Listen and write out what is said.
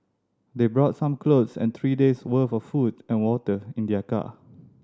they brought some clothes and three day's worth of food and water in their car